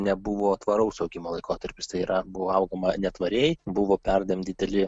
nebuvo tvaraus augimo laikotarpis tai yra buvo augama netvariai buvo perdėm dideli